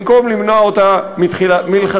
במקום למנוע אותן מלכתחילה.